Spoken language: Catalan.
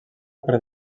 per